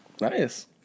nice